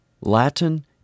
Latin